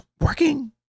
working